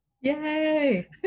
Yay